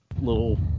little